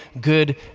good